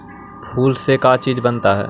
फूल से का चीज बनता है?